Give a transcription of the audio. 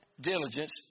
diligence